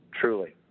truly